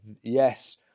yes